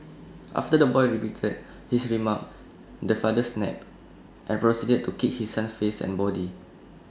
after the boy repeated his remark the father snapped and proceeded to kick his son's face and body